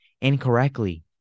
incorrectly